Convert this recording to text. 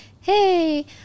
hey